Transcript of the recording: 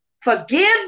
forgive